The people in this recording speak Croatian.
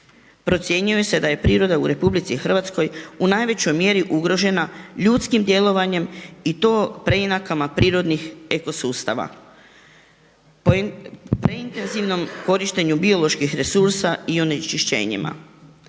Procjenjuje se da je priroda u RH u najvećoj mjeri ugrožena ljudskim djelovanjem i to preinakama prirodnih eko sustava, preintenzivnom korištenju bioloških resursa i onečišćenjima.